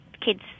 kids